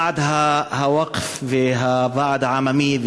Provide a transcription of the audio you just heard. ועד הווקף והוועד העממי,